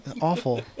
awful